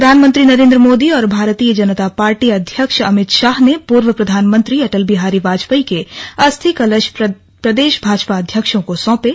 प्रधानमंत्री नरेन्द्र मोदी और भारतीय जनता पार्टी अध्यक्ष अमित शाह ने पूर्व प्रधानमंत्री अटल बिहारी वाजपेयी के अस्थि क्लश प्रदेश भाजपा अध्यक्षों को सौंपे